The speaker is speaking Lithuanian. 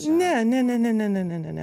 ne ne ne ne ne ne ne ne ne